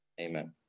Amen